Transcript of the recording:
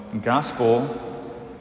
gospel